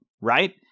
right